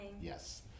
Yes